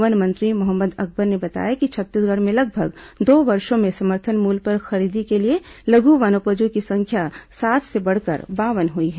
one मंत्री मोहम्मद अकबर ने बताया कि छत्तीसगढ़ में लगभग दो वर्षो में समर्थन मूल्य पर खरीदी के लिए लघु वनोपजों की संख्या सात से बढ़कर बावन हुई है